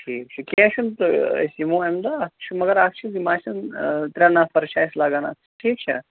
ٹھیٖک چھُ کیٚنٛہہ چھُنہٕ تہٕ أسۍ یِمو اَمہِ دۄہ اَتھ چھُ مگر اَکھ چیٖز یِم آسن ترٛےٚ نَفر چھِ اَسہِ لگان اَتھ ٹھیٖک چھا